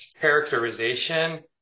characterization